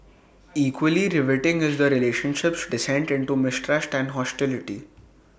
equally riveting is the relationship's descent into mistrust and hostility